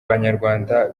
banyarwanda